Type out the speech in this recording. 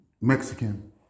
Mexican